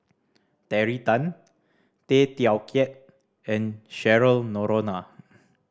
Terry Tan Tay Teow Kiat and Cheryl Noronha